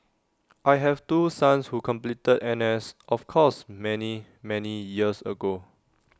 I have two sons who completed N S of course many many years ago